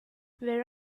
where